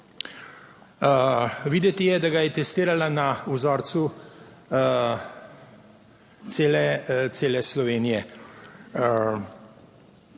Videti je, da ga je testirala na vzorcu cele Slovenije.